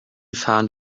found